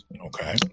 Okay